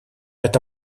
это